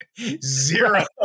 Zero